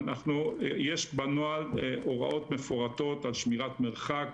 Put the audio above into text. יש בנוהל הוראות מפורטות על שמירת מרחק,